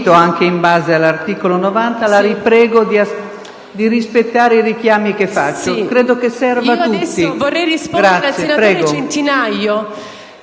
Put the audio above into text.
Grazie.